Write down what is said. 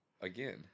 again